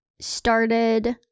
started